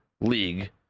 league